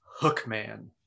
Hookman